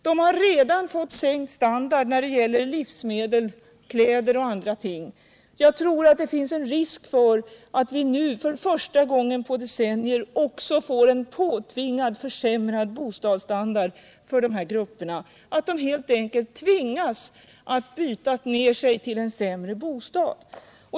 De har redan fått sin standard sänkt när det gäller livsmedel, kläder och andra ting. Jag tror att det finns risk för att dessa grupper nu, för första gången på decennier, också får en påtvingad försämrad bostadsstandard — att många helt enkelt tvingas att byta ner sig till en sämre bostad.